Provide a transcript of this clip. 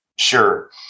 Sure